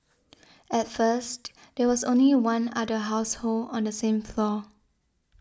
at first there was only one other household on the same floor